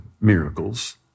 miracles